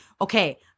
okay